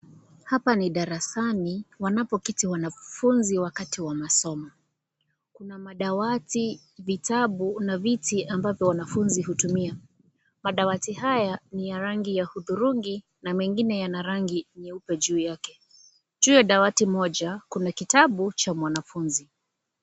Hapa ni darasani wanapoketi wanafunzi wakati wa masomo. Kuna maawati, vitabu na viti ambavyo wanafunzi hutumia. Madawati haya ni ya rangi ya hudhurungi na mengine yana rangi nyeupe juu yake. Juu ya dawati kuna kitabu cha mwanafunzi.